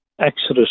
Exodus